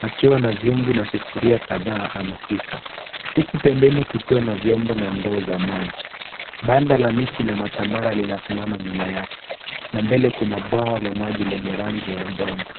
akiwa na viungu na sufuria kadhaa anapika, huku pembeni kukiwa na vyombo na ndoo za maji. Banda la miti na matambara linasimama nyuma yake na mbele kuna bwawa la maji lenye rangi ya udongo.